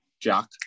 Jack